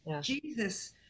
Jesus –